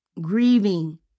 grieving